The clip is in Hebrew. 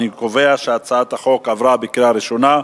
אני קובע שהצעת החוק עברה בקריאה ראשונה,